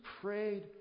prayed